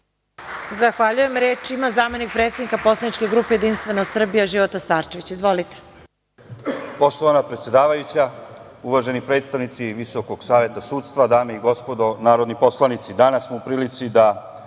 Zahvaljujem. Reč ima zamenik predsednika poslaničke grupe Jedinstvena Srbija, Života Starčević. Izvolite. **Života Starčević** Poštovana predsedavajuća, uvaženi predstavnici Visokog saveta sudstva, dame i gospodo narodni poslanici, danas smo u prilici da